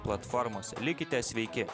platformose likite sveiki